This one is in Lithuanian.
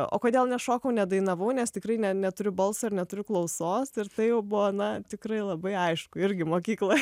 o kodėl nešokau nedainavau nes tikrai ne neturiu balso ir neturiu klausos tai ir tai jau buvo na tikrai labai aišku irgi mokykloj